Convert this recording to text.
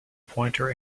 pointer